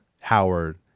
howard